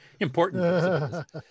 important